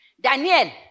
Daniel